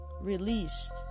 released